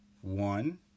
One